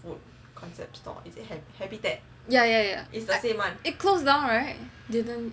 yeah yeah I it closed down right didn't